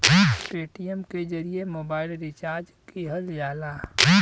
Paytm के जरिए mobile recharge किहल जाला